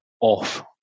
off